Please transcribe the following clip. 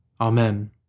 Amen